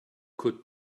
could